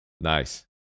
Nice